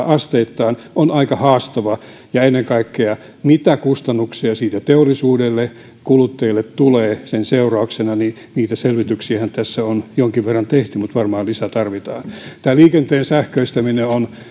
asteittain on aika haastava ja ennen kaikkea siihen mitä kustannuksia teollisuudelle ja kuluttajille tulee sen seurauksena niitä selvityksiähän tässä on jonkin verran tehty mutta varmaan lisää tarvitaan tämä liikenteen sähköistäminen on